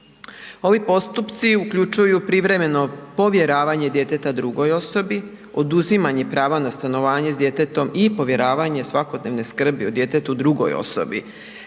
Ovi postupci uključuju privremeno povjeravanje djeteta drugoj osobi, oduzimanje pravo na stanovanje s djetetom i povjeravanje svakodnevne skrbi o djetetu drugoj osobi,